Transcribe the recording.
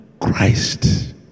Christ